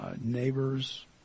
neighbors